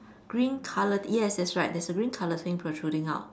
green color yes that's right there's a green color thing protruding out